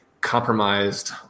compromised